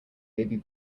baby